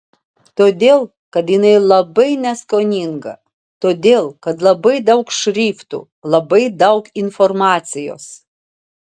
todėl kad jinai labai neskoninga todėl kad labai daug šriftų labai daug informacijos